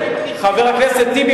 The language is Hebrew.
חבר הכנסת טיבי,